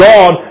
God